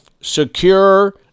secure